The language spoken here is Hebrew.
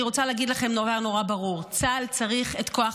אני רוצה להגיד לכם נורא נורא ברור: צה"ל צריך את כוח